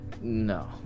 No